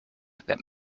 that